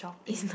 it's not